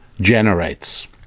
generates